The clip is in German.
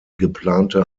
geplante